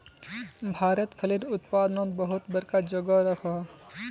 भारत फलेर उत्पादनोत बहुत बड़का जोगोह राखोह